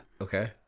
okay